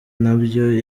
nabyo